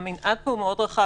המנעד פה הוא מאוד רחב,